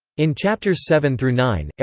in chapters seven through nine,